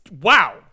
wow